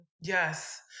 Yes